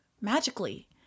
Magically